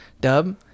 Dub